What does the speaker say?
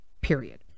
period